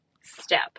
step